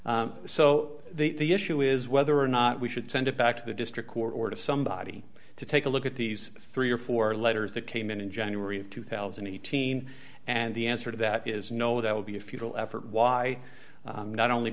so the issue is whether or not we should send it back to the district court or to somebody to take a look at these three or four letters that came in in january of two thousand and eighteen and the answer to that is no that would be a futile effort why not only